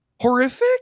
horrific